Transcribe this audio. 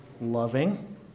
loving